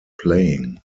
playing